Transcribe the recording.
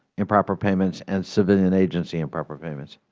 improper payments and civilian agency improper payments?